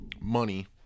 money